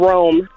Rome